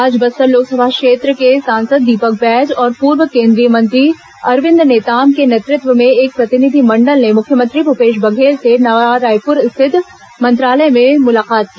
आज बस्तर लोकसभा क्षेत्र के सांसद दीपक बैज और पूर्व केंद्रीय मंत्री अरविंद नेताम के नेतृत्व में एक प्रतिनिधि मंडल ने मुख्यमंत्री भूपेश बघेल से नवा रायपुर स्थित मंत्रालय में मुलाकात की